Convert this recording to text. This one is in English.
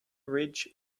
ridge